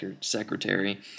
secretary